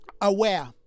aware